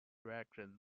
direction